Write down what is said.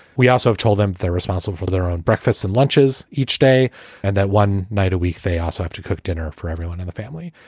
we also told them they're responsible for their own breakfasts and lunches each day and that one night a week they also have to cook dinner for everyone in the family.